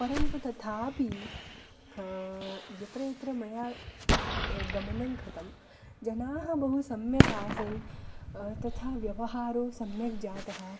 परन्तु तथापि यत्र यत्र मया गमनं कृतं जनाः बहु सम्यकासन् तथा व्यवहारः सम्यग् जातः